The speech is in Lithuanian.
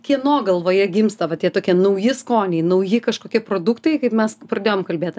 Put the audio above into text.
kieno galvoje gimsta va tie tokie nauji skoniai nauji kažkokie produktai kaip mes pradėjom kalbėti